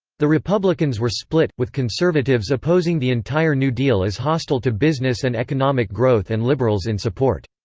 the republicans were split, with conservatives opposing the entire new deal as hostile to business and economic growth and liberals in support.